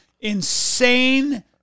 insane